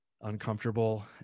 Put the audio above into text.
uncomfortable